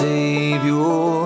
Savior